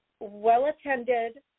Well-attended